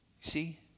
See